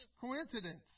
coincidence